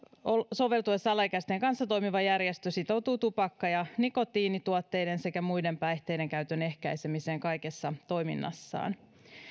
soveltuessa alaikäisten kanssa toimiva järjestö sitoutuu tupakka ja nikotiinituotteiden sekä muiden päihteiden käytön ehkäisemiseen kaikessa toiminnassaan